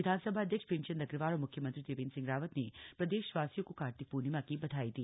विधानसभा अध्यक्ष प्रेमचंद अग्रवाल और मुख्यमंत्री त्रिवेंद्र सिंह रावत ने प्रदेशवासियों को कार्तिक पूर्णिमा की बधाई दी